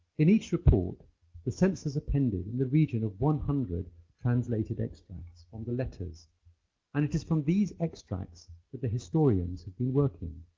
in each report the censors appended in the region of one hundred translated extracts from the letters and it is from these extracts that the historians have been working.